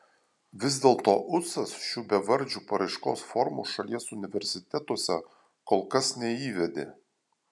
vis dėlto ucas šių bevardžių paraiškos formų šalies universitetuose kol kas neįvedė